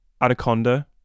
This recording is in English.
Anaconda